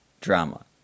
drama